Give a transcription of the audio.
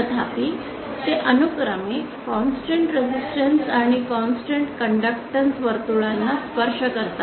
तथापि ते अनुक्रमे कॉन्स्टन्ट रेसिस्टन्स आणि कॉन्स्टन्ट कंडक्टन्स वर्तुळांना स्पर्श करतात